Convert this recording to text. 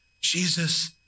Jesus